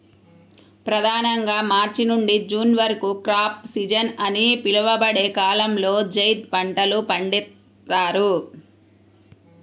ప్రధానంగా మార్చి నుండి జూన్ వరకు క్రాప్ సీజన్ అని పిలువబడే కాలంలో జైద్ పంటలు పండిస్తారు